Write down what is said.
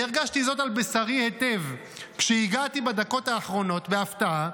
והרגשתי זאת על בשרי היטב כשהגעתי בדקות האחרונות בהפתעה.